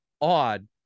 odd